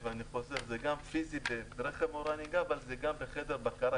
זה גם באמצעות בוחן ברכב וגם דרך חדר בקרה.